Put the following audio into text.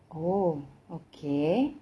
oh okay